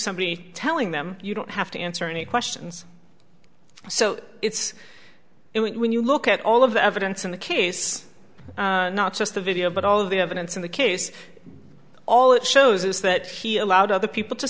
somebody telling them you don't have to answer any questions so it's it when you look at all of the evidence in the case not just the video but all of the evidence in the case all it shows is that he allowed other people to